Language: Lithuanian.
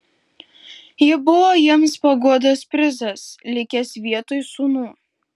ji buvo jiems paguodos prizas likęs vietoj sūnų